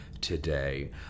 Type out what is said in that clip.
today